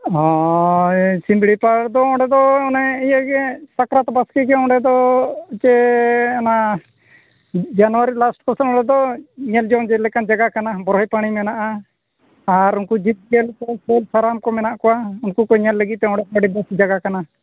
ᱦᱳᱭ ᱥᱤᱲᱲᱤᱯᱟᱲ ᱫᱚ ᱚᱸᱰᱮ ᱫᱚ ᱚᱱᱮ ᱤᱭᱟᱹᱜᱮ ᱥᱟᱠᱨᱟᱛ ᱵᱟᱥᱠᱮ ᱜᱮ ᱚᱸᱰᱮ ᱫᱚ ᱪᱮ ᱚᱱᱟ ᱡᱟᱱᱩᱭᱟᱨᱤ ᱞᱟᱥᱴ ᱠᱚᱥᱮᱱ ᱚᱸᱰᱮᱫᱚ ᱧᱮᱞ ᱧᱚᱝ ᱧᱮᱞ ᱞᱮᱠᱟᱱ ᱡᱟᱭᱜᱟ ᱠᱟᱱᱟ ᱵᱚᱨᱦᱮ ᱴᱟᱺᱲᱤ ᱢᱮᱱᱟᱜᱼᱟ ᱟᱨ ᱩᱱᱠᱩ ᱡᱤᱵᱽᱼᱡᱤᱭᱟᱹᱞᱤ ᱠᱚ ᱥᱟᱹᱞ ᱥᱟᱨᱟᱢ ᱠᱚ ᱢᱮᱱᱟᱜ ᱠᱚᱣᱟ ᱩᱱᱠᱩ ᱠᱚ ᱧᱮᱞ ᱞᱟᱹᱜᱤᱫ ᱛᱮ ᱚᱸᱰᱮ ᱟᱹᱰᱤ ᱵᱮᱹᱥ ᱡᱟᱭᱜᱟ ᱠᱟᱱᱟ